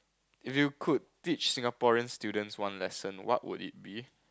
if you could teach Singaporean students one lesson what would it be